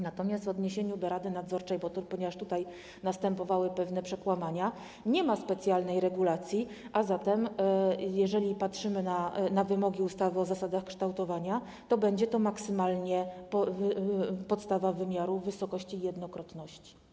Natomiast w odniesieniu do rady nadzorczej, ponieważ tutaj następowały pewne przekłamania, nie ma specjalnej regulacji, a zatem jeżeli patrzymy na wymogi ustawy o zasadach kształtowania wynagrodzeń, to będzie to maksymalnie podstawa wymiaru w wysokości jednokrotności.